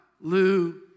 Lou